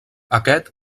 aquest